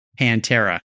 Pantera